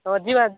ହଁ ଯିବା